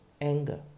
Anger